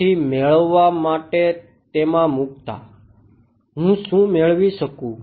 તેથી મેળવવા માટે તેમાં મુકતા હું શું મેળવી શકું